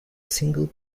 single